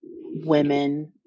women